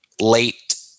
late